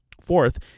fourth